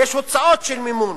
יש הוצאות של מימון.